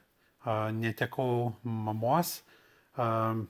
a netekau mamos a